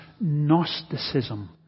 Gnosticism